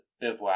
bivouac